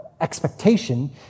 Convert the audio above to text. expectation